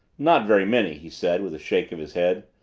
not very many, he said, with a shake of his head.